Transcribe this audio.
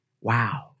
Wow